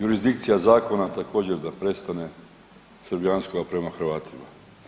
Jurisdikcija zakona također da prestane srbijanska prema Hrvatima.